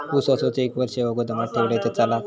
ऊस असोच एक वर्ष गोदामात ठेवलंय तर चालात?